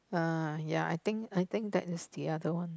uh yeah I think I think that is the other one